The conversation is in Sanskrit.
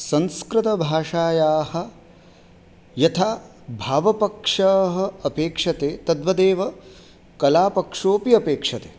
संस्कृतभाषायाः यथा भावपक्षः अपेक्ष्यते तद्वदेव कलापक्षोऽपि अपेक्ष्यते